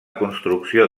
construcció